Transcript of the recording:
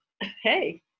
hey